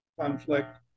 conflict